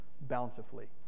bountifully